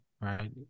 right